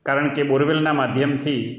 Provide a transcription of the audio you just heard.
કારણ કે બોરવેલના માધ્યમથી